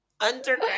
underground